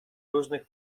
różnych